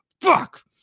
fuck